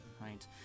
right